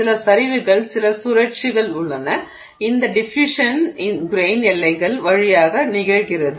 சில சரிவுகள் சில சுழற்சிகள் உள்ளன இந்த டிஃபுயூஷன் கிரெய்ன் எல்லைகள் வழியாக நிகழ்கிறது